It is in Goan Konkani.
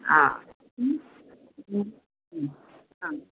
आं